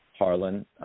Harlan